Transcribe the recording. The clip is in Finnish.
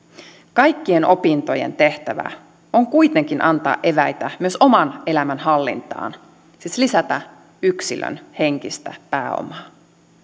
kaikkien opintojen tehtävä on kuitenkin antaa eväitä myös oman elämän hallintaan siis lisätä yksilön henkistä pääomaa